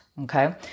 Okay